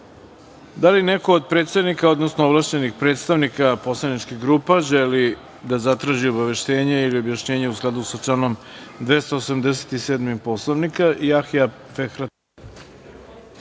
li neko od predsednika, odnosno ovlašćenih predstavnika poslaničkih grupa želi da zatraži obaveštenje ili objašnjenje u skladu sa članom 287. Poslovnika? Reč